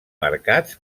marcats